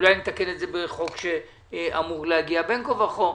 אולי נתקן את זה בחוק שאמור להגיע בין כה וכה.